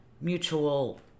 mutual